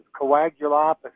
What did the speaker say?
coagulopathy